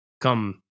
come